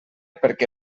perquè